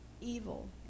evil